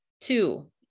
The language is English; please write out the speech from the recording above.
Two